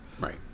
Right